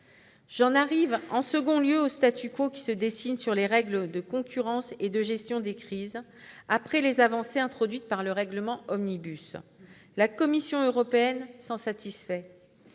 J'en arrive, en second lieu, au qui se dessine sur les règles de concurrence et de gestion des crises après les avancées introduites par le « Règlement Omnibus ». La Commission européenne semble s'en satisfaire.